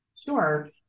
Sure